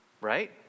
right